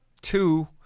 two